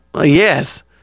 yes